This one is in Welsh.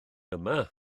yma